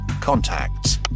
contacts